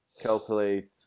calculate